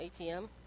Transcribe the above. ATM